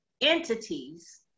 entities